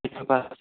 आपके पास